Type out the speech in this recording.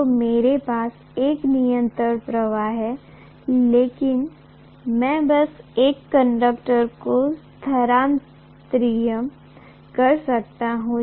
तो मेरे पास एक निरंतर प्रवाह है लेकिन मैं बस एक कंडक्टर को स्थानांतरित कर सकता हूं